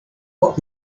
what